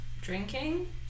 Drinking